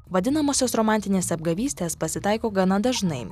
vadinamosios romantinės apgavystės pasitaiko gana dažnai